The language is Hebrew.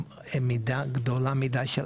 מידה גדולה מידי של